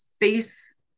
face